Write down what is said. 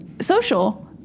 social